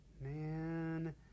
man